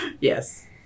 Yes